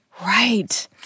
Right